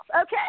Okay